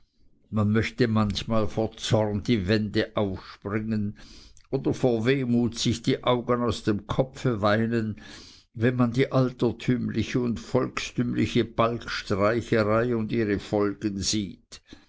man möchte manchmal vor zorn die wände auf springen oder vor wehmut sich die augen aus dem kopfe weinen wenn man die altertümliche und volkstümliche balgstreicherei und ihre folgen sieht